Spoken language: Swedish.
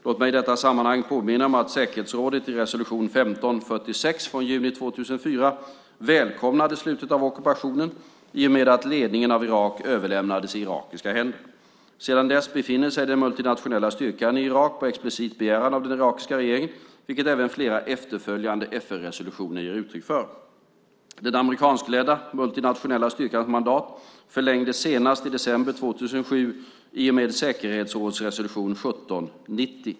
Låt mig i detta sammanhang påminna om att säkerhetsrådet i resolution 1546 från juni 2004 välkomnade slutet av ockupationen i och med att ledningen av Irak överlämnades i irakiska händer. Sedan dess befinner sig den multinationella styrkan i Irak på explicit begäran av den irakiska regeringen, vilket även flera efterföljande FN-resolutioner ger uttryck för. Den amerikanskledda multinationella styrkans mandat förlängdes senast i december 2007 i och med säkerhetsrådsresolution 1790.